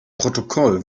protokoll